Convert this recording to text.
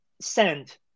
send